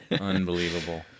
Unbelievable